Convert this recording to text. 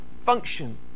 function